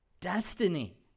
destiny